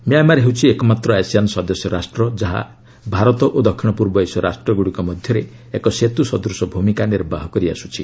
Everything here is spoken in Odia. ମ୍ୟାଁମାର ହେଉଛି ଏକମାତ୍ର ଆସିଆନ ସଦସ୍ୟ ରାଷ୍ଟ୍ର ଯାହା ଭାରତ ଓ ଦକ୍ଷିଣ ପୂର୍ବ ଏସୀୟ ରାଷ୍ଟ୍ରଗୁଡ଼ିକ ମଧ୍ୟରେ ଏକ ସେତୁ ସଦୂଶ ଭୂମିକା ନିର୍ବାହ କରିଆସୁଛି